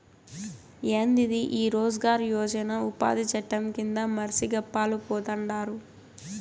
యాందిది ఈ రోజ్ గార్ యోజన ఉపాది చట్టం కింద మర్సి గప్పాలు పోతండారు